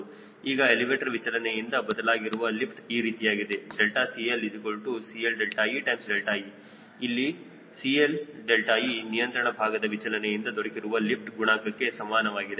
ಈಗಎಲಿವೇಟರ್ ವಿಚಲನೆಯಿಂದ ಬದಲಾಗಿರುವ ಲಿಫ್ಟ್ ಈ ರೀತಿಯಾಗಿದೆ CLCLee ಅಲ್ಲಿ CLe ನಿಯಂತ್ರಣ ಭಾಗದ ವಿಚಲನೆಯಿಂದ ದೊರಕಿರುವ ಲಿಫ್ಟ್ ಗುಣಾಂಕಕ್ಕೆ ಸಮಾನವಾಗಿದೆ